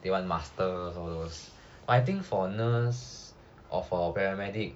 they want masters all those but I think for nurse or for our paramedic